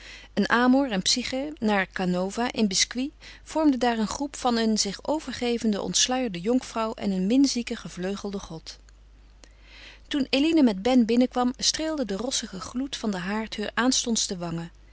een amor en psyche naar canova in biscuit vormde daar een groep van een zich overgevende ontsluierde jonkvrouw en een minzieken gevleugelden god toen eline met ben binnenkwam streelde de rossige gloed van den haard heur aanstonds de wangen